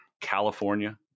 California